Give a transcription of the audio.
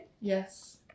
Yes